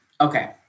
Okay